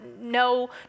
no